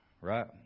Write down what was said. right